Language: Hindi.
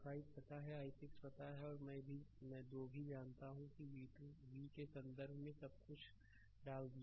i5 पता है i6 पता है और मैं 2 भी जानता हूँ कि v के संदर्भ में सब कुछ डाल दिया